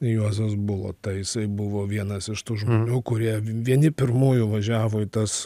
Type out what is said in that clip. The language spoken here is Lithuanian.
juozas bulota jisai buvo vienas iš tų žmonių kurie vieni pirmųjų važiavo į tas